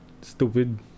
stupid